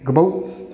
गोबाव